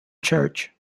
church